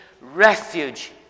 refuge